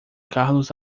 carlos